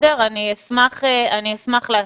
אני אשמח להסביר.